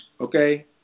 okay